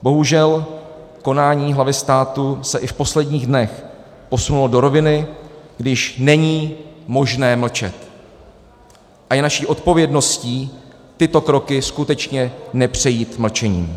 Bohužel konání hlavy státu se i v posledních dnech posunulo do roviny, kdy již není možné mlčet, a je naší odpovědností tyto kroky skutečně nepřejít mlčením.